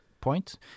point